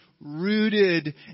rooted